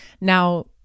Now